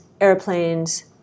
airplanes